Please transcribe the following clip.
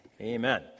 Amen